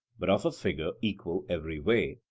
but of a figure equal every way,